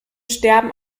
sterben